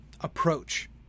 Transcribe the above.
approach